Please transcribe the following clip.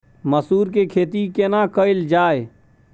मसूर के खेती केना कैल जाय?